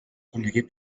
conegué